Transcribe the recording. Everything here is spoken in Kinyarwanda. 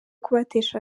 kubatesha